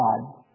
God